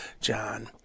john